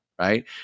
Right